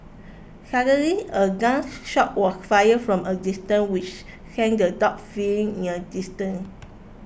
suddenly a gun shot was fired from a distance which sent the dogs fleeing in an instant